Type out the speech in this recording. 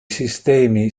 sistemi